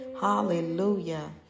Hallelujah